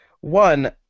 one